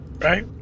right